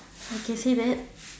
I can say that